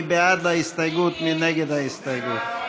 אלעזר שטרן,